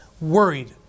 worried